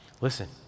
Listen